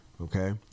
Okay